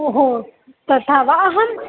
ओहो तथा वा अहम्